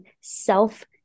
self